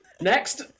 Next